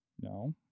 No